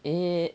eh